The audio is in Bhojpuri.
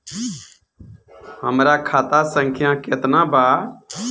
हमरा खाता संख्या केतना बा?